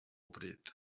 bryd